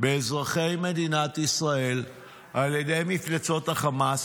באזרחי מדינת ישראל על ידי מפלצות החמאס,